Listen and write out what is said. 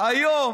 היום